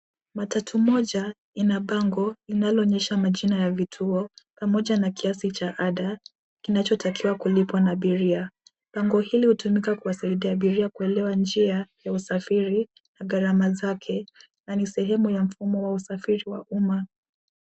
Matatu Moja ina bango inalo onyesha majina ya vituo pamoja na kiasi cha ada kinachotakiwa kulipwa na abiria. Bango hili hutumika kuwasaidia abiria kuelewa njia, ya usafiri na gharama zake, na ni sehemu ya mfumo wa usafiri wa umma .